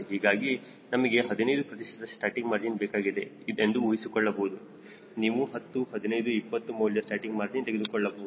ಹೀಗಾಗಿ ನಮಗೆ 15 ಪ್ರತಿಶತ ಸ್ಟಾಸ್ಟಿಕ್ ಮಾರ್ಜಿನ್ ಬೇಕಾಗಿದೆ ಎಂದು ಊಹಿಸಿಕೊಳ್ಳಬಹುದು ನೀವು 10 15 20 ಮೌಲ್ಯ ಸ್ಟಾಸ್ಟಿಕ್ ಮಾರ್ಜಿನ್ ತೆಗೆದುಕೊಳ್ಳಬಹುದು